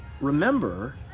remember